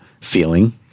feeling